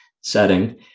setting